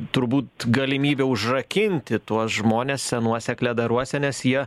turbūt galimybė užrakinti tuos žmones senuose kledaruose nes jie